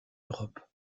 europe